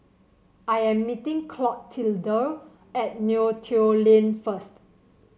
I am meeting Clotilde at Neo Tiew Lane first